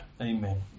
Amen